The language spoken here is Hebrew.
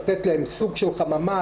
לתת להם סוג של חממה,